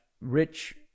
rich